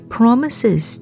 promises